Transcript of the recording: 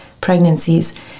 pregnancies